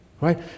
right